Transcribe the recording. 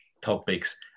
topics